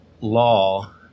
law